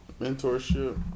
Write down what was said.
Mentorship